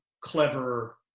clever